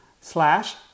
slash